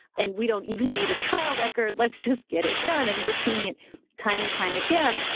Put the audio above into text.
and we don't even need a trial record. let's just get it done. and we're seeing it time and time again.